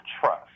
trust